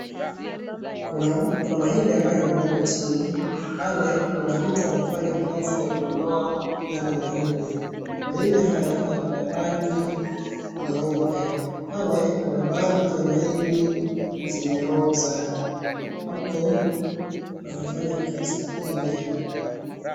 Kuna mahindi ambayo yamemwagwa chini, pale kuna mtu anafanya kazi ya kudondoa yale mahindi, mahindi haya yana rangi nyeupe, pale kuna baadhi za mahindi zimeoza huku wanafanya kazi ile.